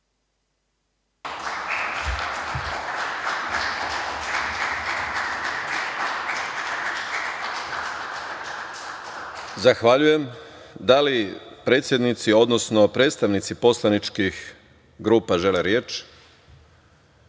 Zahvaljujem. Da li predsednici, odnosno predstavnici poslaničkih grupa žele reč? Reč